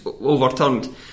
overturned